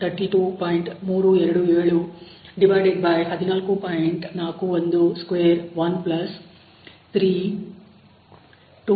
327 divided by 14